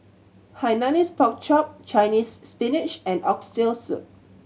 Hainanese Pork Chop Chinese Spinach and Oxtail Soup